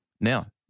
Now